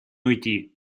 уйти